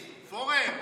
פורר.